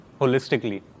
holistically